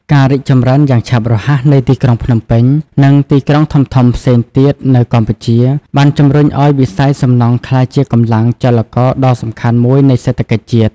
ការរីកចម្រើនយ៉ាងឆាប់រហ័សនៃទីក្រុងភ្នំពេញ និងទីក្រុងធំៗផ្សេងទៀតនៅកម្ពុជា បានជំរុញឱ្យវិស័យសំណង់ក្លាយជាកម្លាំងចលករដ៏សំខាន់មួយនៃសេដ្ឋកិច្ចជាតិ។